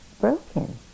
broken